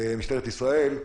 למשטרת ישראל,